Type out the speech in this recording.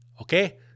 Okay